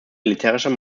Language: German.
militärischer